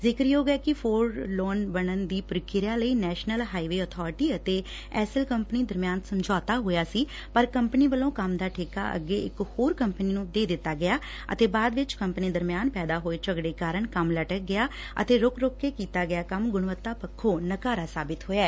ਜ਼ਿਕਰਯੋਗ ਏ ਕਿ ਫੋਰ ਲੋਨ ਬਣਨ ਦੀ ਪਰਿਕਿਰਿਆ ਲਈ ਨੈਸ਼ਨਲ ਹਾਈਵੇ ਅਬਾਰਟੀ ਅਤੇ ਐਸਲ ਕੰਪਨੀ ਦਰਮਿਆਨ ਸਮਝੌਤਾ ਹੋਇਆ ਸੀ ਪਰ ਕੰਪਨੀ ਵੱਲੋਂ ਕੰਮ ਦਾ ਠੇਕਾ ਅੱਗੇ ਇਕ ਹੋਰ ਕੰਪਨੀ ਨੂੰ ਦੇ ਦਿੱਤਾ ਗਿਆ ਅਤੇ ਬਾਅਦ ਵਿਚ ਕੰਪਨੀ ਦਰਮਿਆਨ ਪੈਦਾ ਹੋਏ ਝਗੜੇ ਕਾਰਨ ਕੰਮ ਲਟਕ ਗਿਆ ਅਤੇ ਰੱਕ ਰੱਕ ਕੇ ਕੀਤਾ ਗਿਆ ਕੰਮ ਗਣਵੱਤਾ ਪੱਖੋ ਨਕਾਰਾ ਸਾਬਤ ਹੋਇਆ